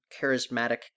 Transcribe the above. charismatic